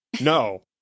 no